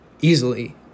easily